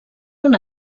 una